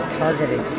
targeted